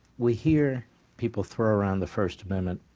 we hear people throw around the first amendment,